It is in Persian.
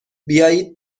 بیایید